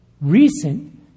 Recent